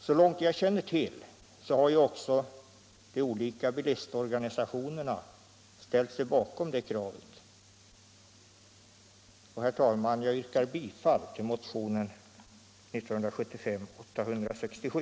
Såvitt jag känner till har ju också de olika bilistorganisationerna ställt sig bakom det kravet. Herr talman! Jag yrkar bifall till motionen 867 år 1975.